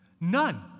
None